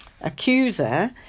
accuser